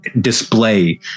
display